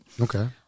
Okay